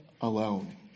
alone